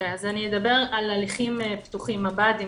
אני אדבר על הליכים פתוחים, מב"דים.